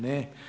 Ne.